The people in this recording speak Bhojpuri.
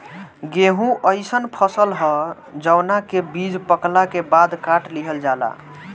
गेंहू अइसन फसल ह जवना के बीज पकला के बाद काट लिहल जाला